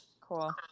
Cool